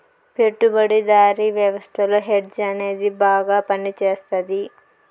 పెట్టుబడిదారీ వ్యవస్థలో హెడ్జ్ అనేది బాగా పనిచేస్తది